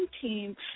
team